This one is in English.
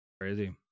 Crazy